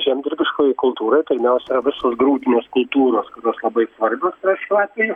žemdirbiškoje kultūroj pirmiausia yra visos grūdinės kultūros kurios labai svarbios šiuo atveju